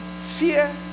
Fear